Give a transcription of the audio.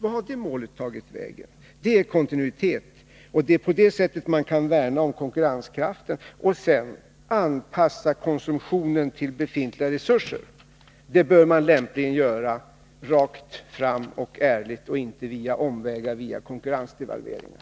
Vart har det målet tagit vägen? Det är kontinuitet, och det är på det sättet man kan värna om konkurrenskraften. Vidare bör anpassningen av konsumtionen till befintliga resurser lämpligen ske rakt fram och ärligt och inte via omvägar såsom konkurrensdevalveringar.